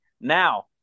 Now